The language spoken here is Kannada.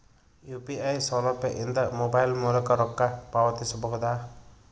ಯು.ಪಿ.ಐ ಸೌಲಭ್ಯ ಇಂದ ಮೊಬೈಲ್ ಮೂಲಕ ರೊಕ್ಕ ಪಾವತಿಸ ಬಹುದಾ?